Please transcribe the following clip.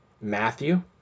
Matthew